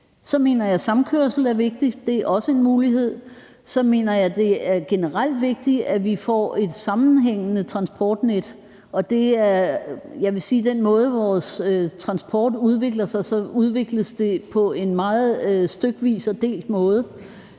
Så mener jeg, at samkørsel er vigtigt. Det er også en mulighed. Så mener jeg, at det generelt er vigtigt, at vi får et sammenhængende transportnet. Jeg vil sige, at vores transport udvikler sig på en meget stykvis og delt måde.